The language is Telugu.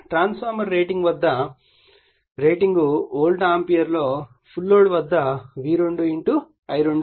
ట్రాన్స్ఫార్మర్ రేటింగ్ వోల్ట్ ఆంపియర్లో ఫుల్ లోడ్ వద్ద V2 I2 అవుతుంది